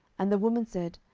and the woman said,